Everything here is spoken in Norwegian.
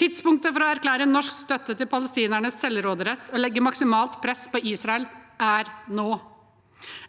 Tidspunktet for å erklære norsk støtte til palestinernes selvråderett og å legge maksimalt press på Israel er nå.